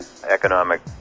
economic